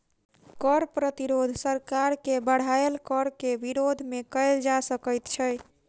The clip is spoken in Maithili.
कर प्रतिरोध सरकार के बढ़ायल कर के विरोध मे कयल जा सकैत छै